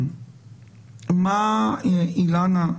אילנה,